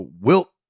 Wilt